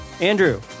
Andrew